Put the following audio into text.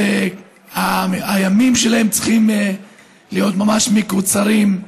והימים שלה צריכים להיות ממש מקוצרים.